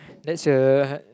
that's a